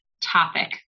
topic